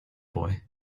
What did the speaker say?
boy